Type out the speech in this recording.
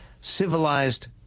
civilized